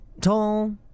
tall